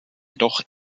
jedoch